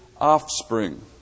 offspring